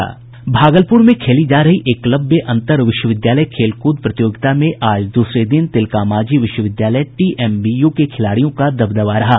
भगलपुर में खेली जा रही एकलव्य अंतर विश्वविद्यालय खेलकूद प्रतियोगिता में आज दूसरे दिन तिलकामांझी विश्वविद्यालय टीएमबीयू के खिलाड़ियों का दबदबा रहा